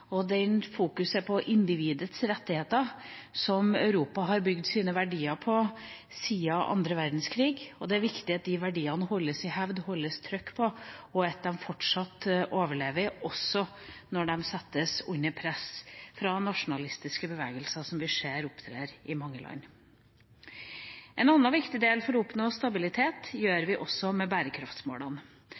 og den fokuseringa på individets rettigheter som Europa har bygd sine verdier på siden annen verdenskrig. Det er viktig at de verdiene holdes i hevd, at det holdes trykk på dem, og at de fortsatt overlever – også når de settes under press fra nasjonalistiske bevegelser, som vi ser opptrer i mange land. Noe annet som er viktig for å oppnå stabilitet, gjør vi gjennom bærekraftsmålene, og jeg er uenig med